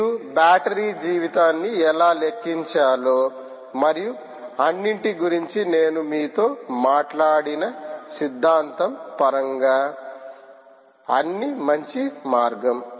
మీరు బ్యాటరీ జీవితాన్ని ఎలా లెక్కించాలో మరియు అన్నింటి గురించి నేను మీతో మాట్లాడిన సిద్ధాంతం పరంగా అన్ని మంచి మార్గం